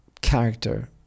character